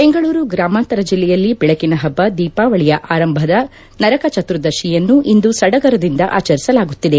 ಬೆಂಗಳೂರು ಗ್ರಾಮಾಂತರ ಜಿಲ್ಲೆಯಲ್ಲಿ ಬೆಳಕಿನ ಹಬ್ಬ ದೀಪಾವಳಿಯ ಆರಂಭದ ನರಕಚತುರ್ದಶಿಯನ್ನು ಇಂದು ಸಡಗರದಿಂದ ಆಚರಿಸಲಾಗುತ್ತಿದೆ